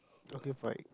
okay fine